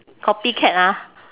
copycat ah